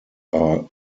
are